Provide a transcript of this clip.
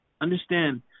Understand